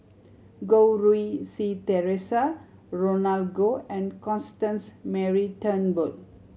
Goh Rui Si Theresa Roland Goh and Constance Mary Turnbull